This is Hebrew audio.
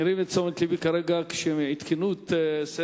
מעירים את תשומת לבי שעדכנו את סדר-היום